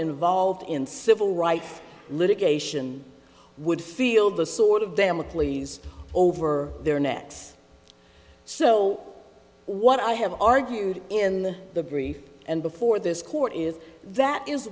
involved in civil rights litigation would feel the sword of damocles over their necks so what i have argued in the brief and before this court is that is